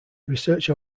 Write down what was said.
research